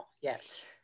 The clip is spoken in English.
yes